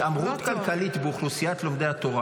שהתעמרות כלכלית באוכלוסיית לומדי התורה